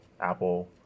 apple